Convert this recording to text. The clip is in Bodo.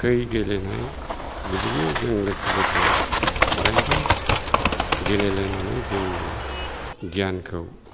खै गेलेनाय बिदिनो जों लोगोफोरजों अरायबो गेलेलायनानै जोंनि गियानखौ